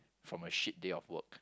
from a shit day of work